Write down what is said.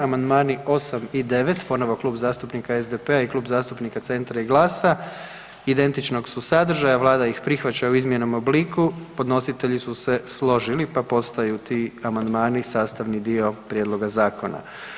Amandmani 8 i 9, ponovno Klub zastupnika SDP-a i Klub zastupnika Centra i GLAS-a, identičnog su sadržaja, Vlada ih prihvaća u izmijenjenom obliku, podnositelji su se složili pa postaju ti amandmani sastavni dio prijedloga zakona.